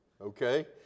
okay